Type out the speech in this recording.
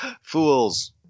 Fools